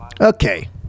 okay